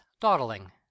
dawdling